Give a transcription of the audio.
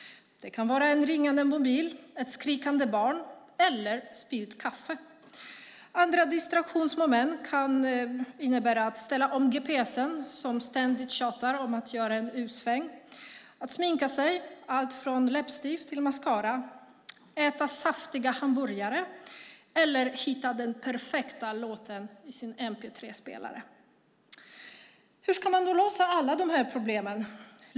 Det kan vara en ringande mobil, ett skrikande barn eller spillt kaffe. Andra distraktionsmoment kan vara att ställa om gps:en som ständigt tjatar om att göra en U-sväng, att sminka sig, alltifrån läppstift till mascara, att äta saftiga hamburgare eller hitta den perfekta låten i sin mp3-spelare. Hur ska man då lösa alla de här problemen?